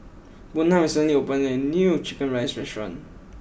Buna recently opened a new Chicken Rice restaurant